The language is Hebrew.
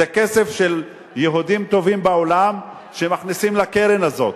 זה כסף של יהודים טובים בעולם שמכניסים לקרן הזאת.